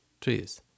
trees